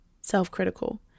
self-critical